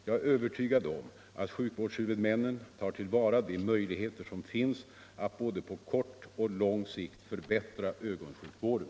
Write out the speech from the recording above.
Jag är övertygad om att sjukvårdshuvudmännen tar till vara de möjligheter som finns att både på kort och lång sikt förbättra ögonsjukvården.